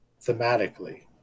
thematically